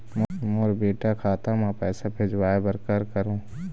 मोर बेटा खाता मा पैसा भेजवाए बर कर करों?